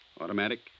automatic